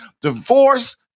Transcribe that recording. divorce